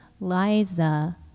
Liza